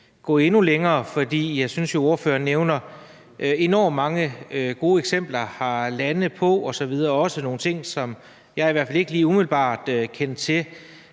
gå endnu længere, for jeg synes jo, ordføreren nævner enormt mange gode eksempler, har lande på osv., og også nogle ting, som jeg i hvert fald ikke lige umiddelbart kendte til,